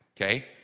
Okay